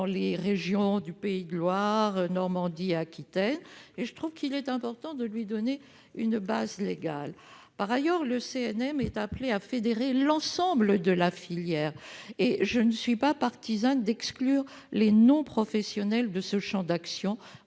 les régions Pays de la Loire, Normandie ou Nouvelle-Aquitaine, et il me semble important de lui donner une base légale. Par ailleurs, le CNM est appelé à fédérer l'ensemble de la filière, et je ne suis pas partisane d'exclure les non-professionnels de son champ d'action.